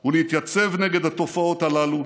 הוא להתייצב נגד התופעות הללו